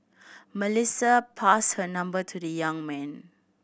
Melissa passed her number to the young man